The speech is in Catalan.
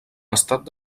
estat